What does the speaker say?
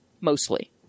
mostly